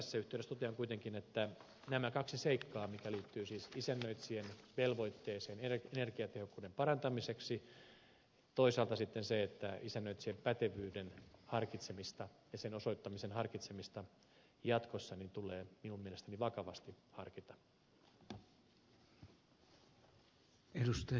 tässä yhteydessä totean kuitenkin että näitä kahta seikkaa jotka liittyvät siis isännöitsijän velvoitteeseen energiatehokkuuden parantamiseksi ja toisaalta sitten isännöitsijän pätevyyden harkitsemiseen ja sen osoittamisen harkitsemiseen jatkossa tulee minun mielestäni vakavasti harkita